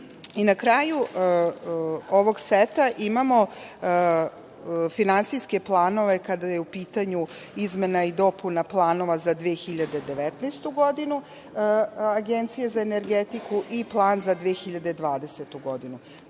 kraju ovog seta imamo finansijske planove kada je u pitanju izmena i dopuna planova za 2019. godinu Agencije za energetiku i Plan za 2020. godinu.Zašto